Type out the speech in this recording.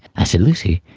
i said, lucy,